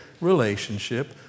relationship